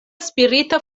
spirita